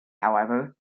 however